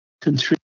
contribute